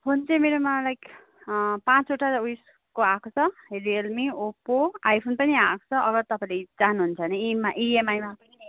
phone चाहिँ मेरोमा like पाँचवटा उयेसको आएको छ रियलमी ओप्पो आइफोन पनि आएको छ अगर तपाईँले चाहनुहुन्छ भने इमा इएमआईमा पनि